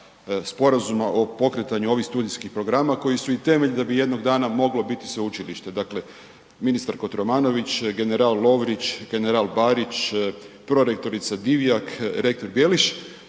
sporazumu o pokretanju ovih studijskih programa koji su i temelj da bi jednog dana moglo biti sveučilište. Dakle, ministar Kotromanović, general Lovrić, general Barić. prorektorica Divjak, rektor Bjeliš